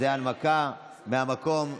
זו הנמקה מהמקום.